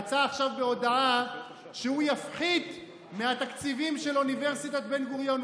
יצא עכשיו בהודעה שהוא יפחית מהתקציבים של אוניברסיטת בן-גוריון.